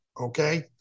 okay